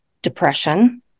depression